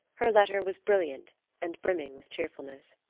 her letter was brilliant and brimming with cheerfulness.